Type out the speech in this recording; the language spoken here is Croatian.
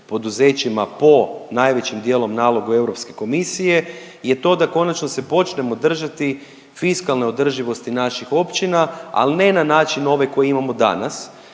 poduzećima po najvećem dijelu nalogu Europske komisije je to da konačno se počnemo držati fiskalne održivosti naših općina, ali ne na način ovaj koji imamo danas